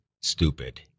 stupid